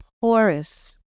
porous